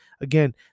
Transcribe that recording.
again